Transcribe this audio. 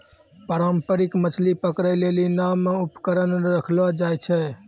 पारंपरिक मछली पकड़ै लेली नांव मे उपकरण रखलो जाय छै